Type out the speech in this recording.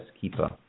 keeper